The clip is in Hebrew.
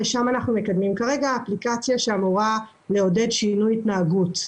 ושם אנחנו מקדמים כרגע אפליקציה שאמורה לעודד שינוי התנהגות,